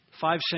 Five